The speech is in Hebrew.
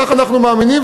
כך אנחנו מאמינים,